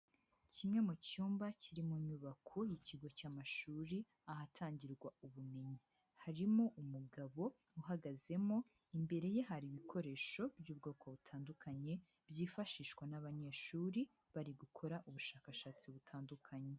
Kimwe mu cyumba kiri mu nyubako y'ikigo cy'amashuri ahatangirwa ubumenyi. Harimo umugabo uhagazemo, imbere ye hari ibikoresho by'ubwoko butandukanye byifashishwa n'abanyeshuri bari gukora ubushakashatsi butandukanye.